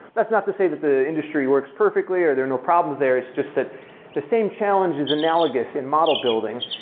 that's not to say that the industry works perfectly, or there are no problems there. it's just that the same challenge is analogous in model building.